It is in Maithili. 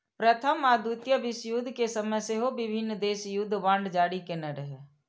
प्रथम आ द्वितीय विश्वयुद्ध के समय सेहो विभिन्न देश युद्ध बांड जारी केने रहै